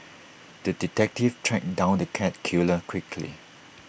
the detective tracked down the cat killer quickly